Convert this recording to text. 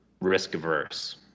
risk-averse